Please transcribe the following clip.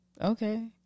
Okay